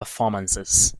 performances